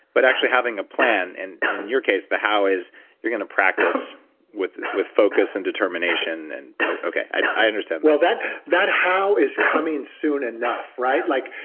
but actually having a plan and in your case, the how is you're going to practice with with focus and determination and. okay, i understand that that how is coming soon enough, right? like,